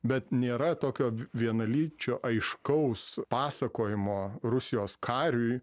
bet nėra tokio vienalyčio aiškaus pasakojimo rusijos kariui